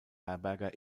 herberger